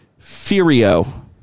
Furio